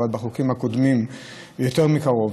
אבל בחוקים הקודמים יותר מקרוב